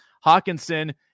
Hawkinson